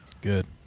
good